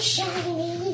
Shiny